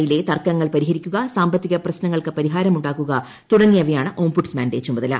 യിലെ തർക്കങ്ങൾ പരിഹരിക്കുക സാമ്പത്തിക പ്രശ്നങ്ങൾക്ക് പരിഹാരമുണ്ടാക്കുക തുടങ്ങിയവയാണ് ഓംബുഡ്സ്മാന്റെ ചുമതല